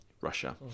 Russia